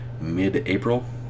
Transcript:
mid-april